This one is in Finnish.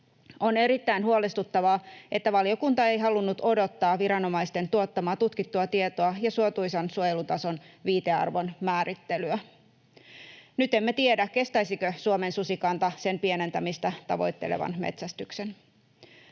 On erittäin huolestuttavaa, että valiokunta ei halunnut odottaa viranomaisten tuottamaa tutkittua tietoa ja suotuisan suojelutason viitearvon määrittelyä. Nyt emme tiedä, kestäisikö Suomen susikanta sen pienentämistä tavoittelevan metsästyksen.